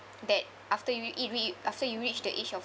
that after you ea~ re~ after you reach the age of